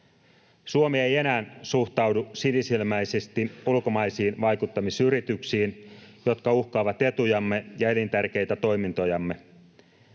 Suomi ei enää suhtaudu sinisilmäisesti ulkomaisiin vaikuttamisyrityksiin, jotka uhkaavat etujamme ja elintärkeitä toimintojamme.